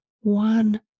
one